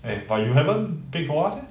eh but you haven't bake for us leh